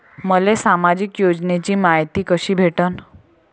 मले सामाजिक योजनेची मायती कशी भेटन?